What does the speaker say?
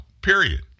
period